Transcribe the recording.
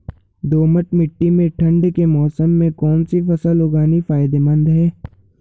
दोमट्ट मिट्टी में ठंड के मौसम में कौन सी फसल उगानी फायदेमंद है?